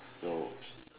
so